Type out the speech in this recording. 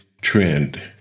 trend